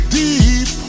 deep